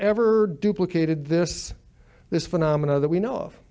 ever duplicated this this phenomena that we know of